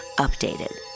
Updated